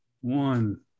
one